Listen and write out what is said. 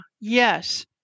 yes